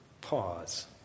pause